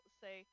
say